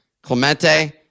Clemente